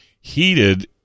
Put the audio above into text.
heated